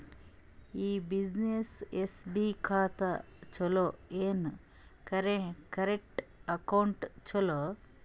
ಈ ಬ್ಯುಸಿನೆಸ್ಗೆ ಎಸ್.ಬಿ ಖಾತ ಚಲೋ ಏನು, ಕರೆಂಟ್ ಅಕೌಂಟ್ ಚಲೋ?